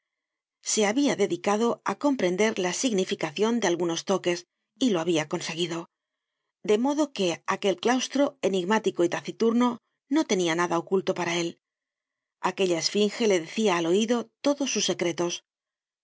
se habia dedicado á comprender la significacion de algunos toques y lo habia conseguido de modo que aquel claustro enigmático y taciturno no tenia nada oculto para él aquella esfinje le decia al oido todos sus secretos